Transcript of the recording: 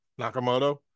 Nakamoto